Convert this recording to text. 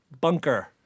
Bunker